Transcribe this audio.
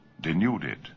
denuded